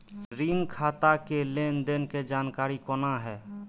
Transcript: ऋण खाता के लेन देन के जानकारी कोना हैं?